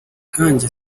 nkanjye